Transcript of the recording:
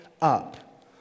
up